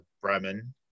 Bremen